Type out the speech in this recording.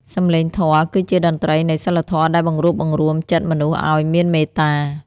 សំឡេងធម៌គឺជាតន្ត្រីនៃសីលធម៌ដែលបង្រួបបង្រួមចិត្តមនុស្សឱ្យមានមេត្តា។